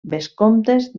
vescomtes